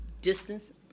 distance